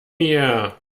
mir